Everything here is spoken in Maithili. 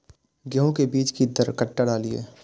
गेंहू के बीज कि दर कट्ठा डालिए?